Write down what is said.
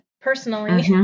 personally